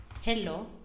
hello